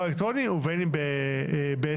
אלקטרוני ובין אם ב-סמס.